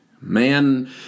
Man